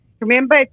remember